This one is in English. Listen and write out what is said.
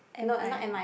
M I